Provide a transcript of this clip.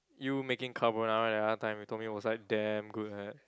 you making carbonara the other time you told me was like damn good like that